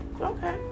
Okay